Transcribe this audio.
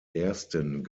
ersten